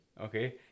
Okay